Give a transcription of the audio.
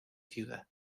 ciudad